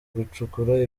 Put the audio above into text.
gucukura